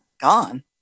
gone